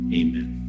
amen